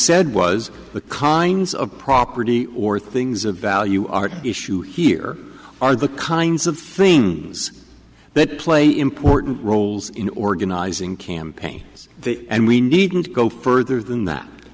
said was the kinds of property or things of value are issue here are the kinds of things that play important roles in organizing campaigns and we needn't go further than that